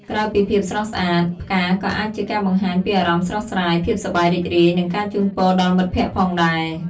ក្រៅពីភាពស្រស់ស្អាត ផ្កាក៏អាចជាការបង្ហាញពីអារម្មណ៍ស្រស់ស្រាយ ភាពសប្បាយរីករាយ និងការជូនពរដល់មិត្តភក្តិផងដែរ។